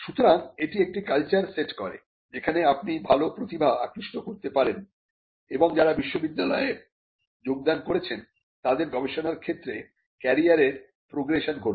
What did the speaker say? সুতরাং এটি একটি কালচার সেট করে যেখানে আপনি ভালো প্রতিভা আকৃষ্ট করতে পারেন এবং যারা বিশ্ববিদ্যালয়ে যোগদান করেছেন তাদের গবেষণার ক্ষেত্রে ক্যারিয়ারের প্রগ্রেশন ঘটবে